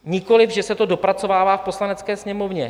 Nikoliv že se to dopracovává v Poslanecké sněmovně.